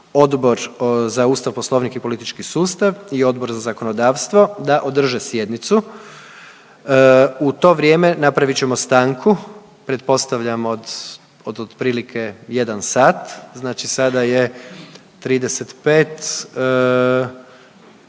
Odbor za Ustav, Poslovnik i politički sustav i Odbor za zakonodavstvo da održe sjednicu. U to vrijeme napravit ćemo stanku, pretpostavljam od, od otprilike jedan sat. Znači sada je 35,